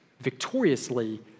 victoriously